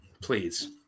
please